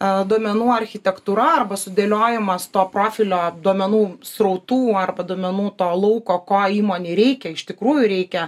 a duomenų architektūra arba sudėliojimas to profilio duomenų srautų arba duomenų to lauko ko įmonei reikia iš tikrųjų reikia